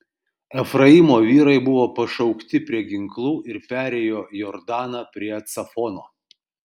efraimo vyrai buvo pašaukti prie ginklų ir perėjo jordaną prie cafono